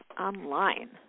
online